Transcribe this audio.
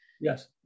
Yes